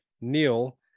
neil